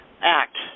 Act